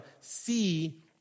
see